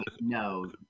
no